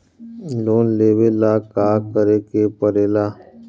Loan लेबे ला का करे के पड़े ला?